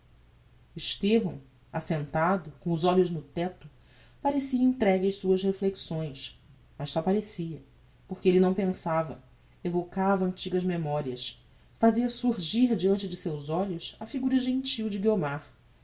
estevão assentado com os olhos no tecto parecia entregue ás suas reflexões mas só parecia por que elle não pensava evocava antigas memorias fazia surgir diante de seus olhos a figura gentil de